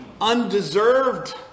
Undeserved